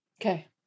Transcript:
Okay